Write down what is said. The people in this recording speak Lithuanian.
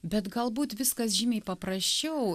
bet galbūt viskas žymiai paprasčiau